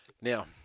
Now